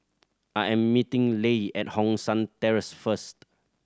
I am meeting Leigh at Hong San Terrace first